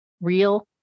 Real